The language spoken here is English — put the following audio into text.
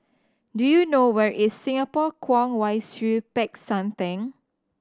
do you know where is Singapore Kwong Wai Siew Peck San Theng